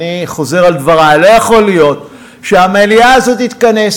אני חוזר על דברי: לא יכול להיות שהמליאה הזאת תתכנס